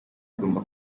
igomba